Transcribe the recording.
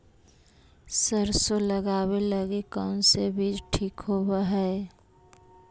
सरसों लगावे लगी कौन से बीज ठीक होव हई?